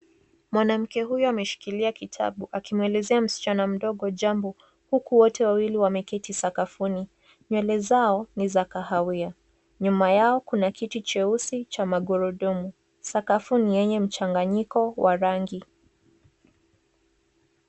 Mwanamke huyu ameshikilia kitabu akimwelezea msichana mdogo jambo, huku wote wawili wameketi sakafuni. Nywele zao ni za kahawia. Nyuma yao kuna kitu cheusi cha magurudumu. Sakafu ni yenye mchanganyiko wa rangi.